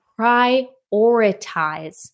prioritize